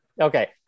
okay